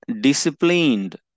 disciplined